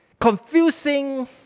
confusing